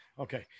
Okay